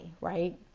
right